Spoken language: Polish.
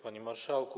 Panie Marszałku!